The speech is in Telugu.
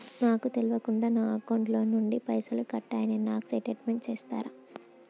నాకు తెల్వకుండా నా అకౌంట్ ల పైసల్ కట్ అయినై నాకు స్టేటుమెంట్ ఇస్తరా?